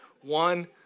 One